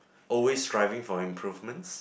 always striving for improvements